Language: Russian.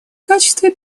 качестве